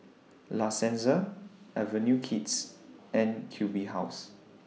La Senza Avenue Kids and Q B House